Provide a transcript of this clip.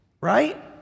right